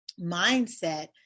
mindset